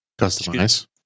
Customize